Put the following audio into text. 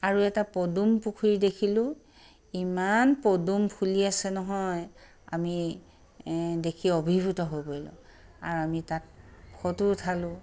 আৰু এটা পদুম পুখুৰী দেখিলোঁ ইমান পদুম ফুলি আছে নহয় আমি দেখি অভিভূত হৈ পৰিলোঁ আৰু আমি তাত ফটো উঠালোঁ